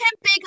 big